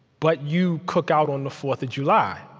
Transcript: but you cook out on the fourth of july.